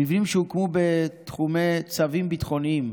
מבנים שהוקמו בתחומי צווים ביטחוניים